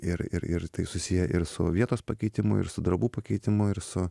ir ir ir tai susiję ir su vietos pakeitimu ir su darbų pakeitimu ir su